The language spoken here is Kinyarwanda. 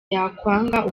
yakwanga